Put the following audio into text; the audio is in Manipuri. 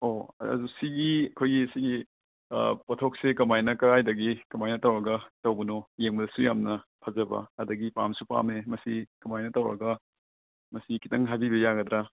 ꯑꯣ ꯑꯗꯣ ꯁꯤꯒꯤ ꯑꯩꯈꯣꯏꯒꯤ ꯁꯤꯒꯤ ꯄꯣꯊꯣꯛꯁꯦ ꯀꯃꯥꯏꯅ ꯀꯔꯥꯏꯗꯒꯤ ꯀꯃꯥꯏꯅ ꯇꯧꯔꯒ ꯇꯧꯕꯅꯣ ꯌꯦꯡꯕꯗꯁꯨ ꯌꯥꯝꯅ ꯐꯖꯕ ꯑꯗꯒꯤ ꯄꯥꯝꯁꯨ ꯄꯥꯝꯃꯦ ꯃꯁꯤ ꯀꯃꯥꯏꯅ ꯇꯧꯔꯒ ꯃꯁꯤ ꯈꯤꯇꯪ ꯍꯥꯏꯕꯤꯕ ꯌꯥꯒꯗ꯭ꯔꯥ